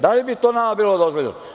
Da li bi to nama bilo dozvoljeno?